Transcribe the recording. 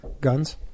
guns